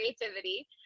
creativity